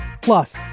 Plus